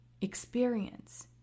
experience